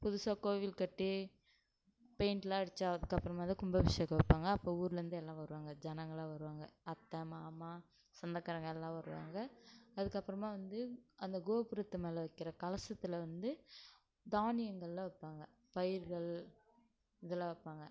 புதுசாக கோவில் கட்டி பெயிண்டெலாம் அடித்து அதுக்கப்புறமாதான் கும்பாபிஷேகம் வைப்பாங்க அப்போ ஊரில் இருந்து எல்லாம் வருவாங்க ஜனங்கெல்லாம் வருவாங்க அத்தை மாமா சொந்தக்காரங்கள் எல்லாம் வருவாங்க அதுக்கப்புறமா வந்து அந்த கோபுரத்து மேலே வைக்கிற கலசத்தில் வந்து தானியங்களெலாம் வைப்பாங்க பயிர்கள் இதெலாம் வைப்பாங்க